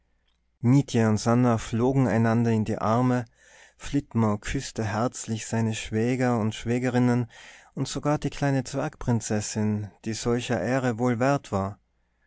und sannah flogen einander in die arme flitmore küßte herzlich seine schwäger und schwägerinnen und sogar die kleine zwergprinzessin die solcher ehre wohl wert war